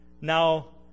now